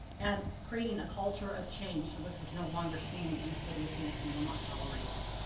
and creating a culture of change, so this is no longer seen in the city of phoenix and will not toll um late it.